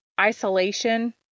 isolation